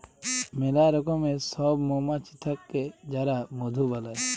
ম্যালা রকমের সব মমাছি থাক্যে যারা মধু বালাই